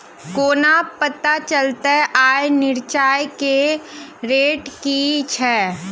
कोना पत्ता चलतै आय मिर्चाय केँ रेट की छै?